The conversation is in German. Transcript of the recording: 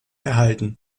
erhalten